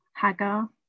Hagar